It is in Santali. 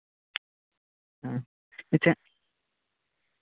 ᱦᱩᱸ ᱟᱪᱪᱷᱟ